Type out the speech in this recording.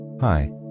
Hi